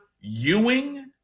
Ewing